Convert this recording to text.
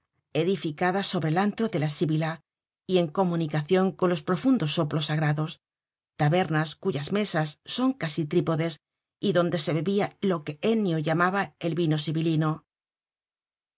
edificadas sobre el antro de la sibila y en comunicacion con los profundos soplos sagrados tabernas cuyas mesas son casi trípodes y donde se bebia lo que ennio llamaba el vino